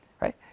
Right